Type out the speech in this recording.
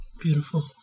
Beautiful